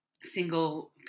single